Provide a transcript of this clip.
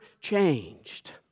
changed